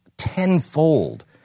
tenfold